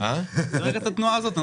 התנועה הזאת.